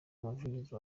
umuvugizi